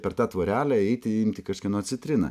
per tą tvorelę eiti imti kažkieno citriną